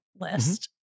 list